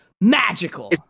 Magical